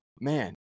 Man